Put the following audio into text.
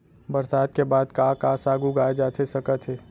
बरसात के बाद का का साग उगाए जाथे सकत हे?